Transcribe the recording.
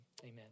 Amen